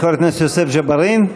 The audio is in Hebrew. חבר הכנסת יוסף ג'בארין,